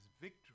victory